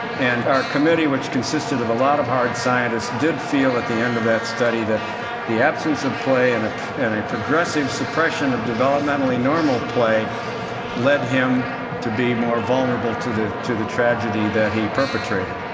and our committee, which consisted of a lot of hard scientists, did feel at the end of that study that the absence of play and and a progressive suppression of developmentally normal play led him to be more vulnerable to the to the tragedy that he perpetrated.